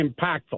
impactful